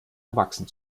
erwachsen